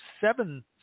seven